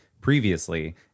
previously